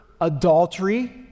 adultery